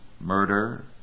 murder